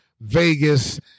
Vegas